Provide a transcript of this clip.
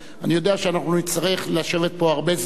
ואני יודע שאנחנו נצטרך לשבת פה הרבה זמן,